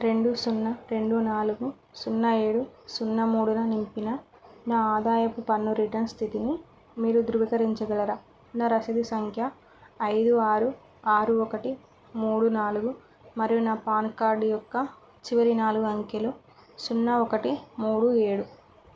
రెండు సున్నా రెండు నాలుగు సున్నా ఏడు సున్నా మూడున నింపిన నా ఆదాయపు పన్ను రిటర్న్ స్థితిని మీరు ధృవికరించగలరా నా రసీదు సంఖ్య ఐదు ఆరు ఆరు ఒకటి మూడు నాలుగు మరియు నా పాన్ కార్డు యొక్క చివరి నాలుగు అంకెలు సున్నా ఒకటి మూడు ఏడు